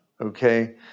okay